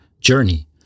journey